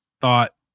thought